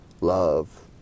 Love